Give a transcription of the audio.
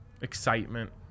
excitement